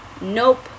Nope